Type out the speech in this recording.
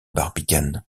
barbicane